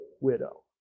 widow